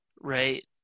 Right